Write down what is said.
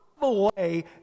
away